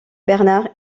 bernard